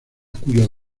cuyos